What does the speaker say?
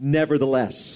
nevertheless